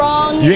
Wrong